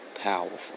powerful